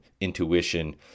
intuition